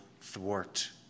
thwart